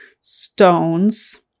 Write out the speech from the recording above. stones